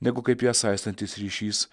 negu kaip ją saistantis ryšys